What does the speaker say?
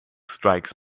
strikes